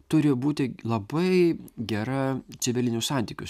turi būti labai gera civilinių santykių